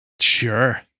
Sure